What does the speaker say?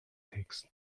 takes